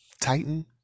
Titan